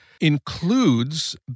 includes